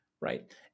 Right